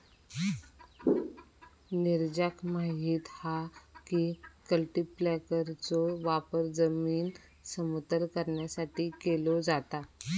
नीरजाक माहित हा की कल्टीपॅकरचो वापर जमीन समतल करण्यासाठी केलो जाता